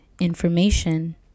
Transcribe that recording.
information